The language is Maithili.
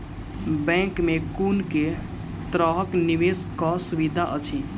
बैंक मे कुन केँ तरहक निवेश कऽ सुविधा अछि?